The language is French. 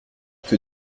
que